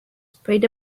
spread